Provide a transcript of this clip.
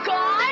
God